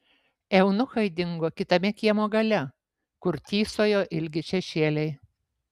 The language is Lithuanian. eunuchai dingo kitame kiemo gale kur tįsojo ilgi šešėliai